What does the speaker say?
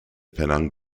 penang